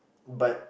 but